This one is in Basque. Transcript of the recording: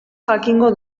jakingo